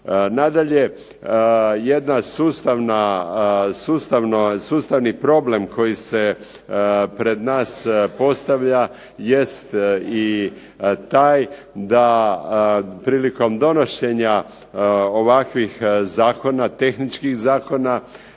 Nadalje, jedna sustavna, sustavni problem koji se pred nas postavlja jest i taj da prilikom donošenja ovakvih zakona, tehničkih zakona